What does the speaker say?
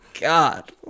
God